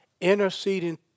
interceding